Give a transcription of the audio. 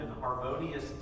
harmonious